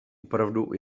opravdu